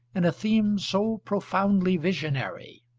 in a theme so profoundly visionary.